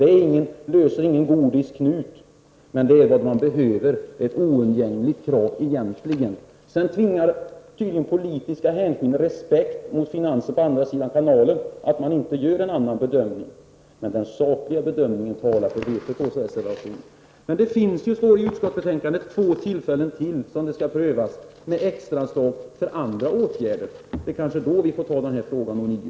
Det löser ingen gordisk knut, men det är vad som behövs. Det är egentligen ett oundgängligt belopp. Tydligen tvingar politiska hänsyn och respekt mot finansdepartementet på andra sidan kanalen utskottsmajoriteten att göra en annan bedömning, men den sakliga bedömningen talar för vpk:s reservation. Det blir, står det i betänkandet, två tillfällen till att pröva extra anslag för andra åtgärder. Kanske får vi då ta upp den här frågan ånyo.